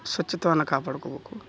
ಶುಚಿತ್ವನ್ನ ಕಾಪಾಡ್ಕೊಬೇಕು